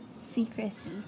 secrecy